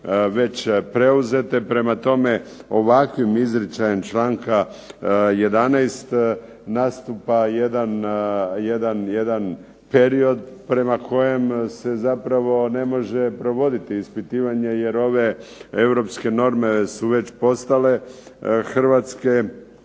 već preuzete. Prema tome, ovakvim izričajem članka 11. nastupa jedan period prema kojem se zapravo ne može provoditi ispitivanje jer ove europske norme su već postale hrvatske,